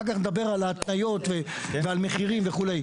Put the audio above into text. אחר כך נדבר על ההתניות ועל מחירים וכו'.